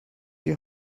die